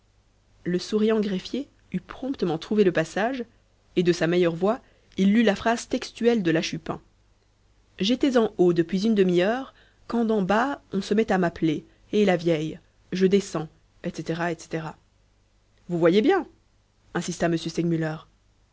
le souriant greffier eut promptement trouvé le passage et de sa meilleure voix il lut la phrase textuelle de la chupin j'étais en haut depuis une demi-heure quand d'en bas on se met à m'appeler hé la vieille je descends etc etc vous voyez bien insista m segmuller